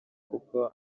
kuko